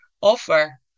offer